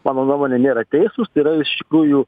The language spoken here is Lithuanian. mano nuomone nėra teisūs tai yra iš tikrųjų